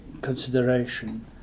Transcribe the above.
consideration